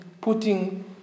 putting